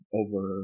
over